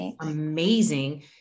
amazing